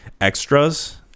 extras